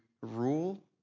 rule